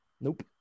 Nope